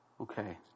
Okay